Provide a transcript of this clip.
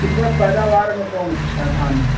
इस समय पैदावार में कौन अच्छा है धान